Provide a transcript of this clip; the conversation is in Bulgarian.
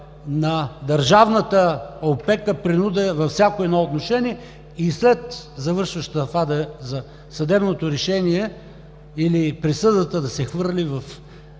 на държавната опека, принуда във всяко едно отношение и след завършващата – съдебното решение или присъдата, да се хвърли